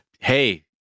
Hey